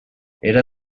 era